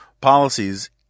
policies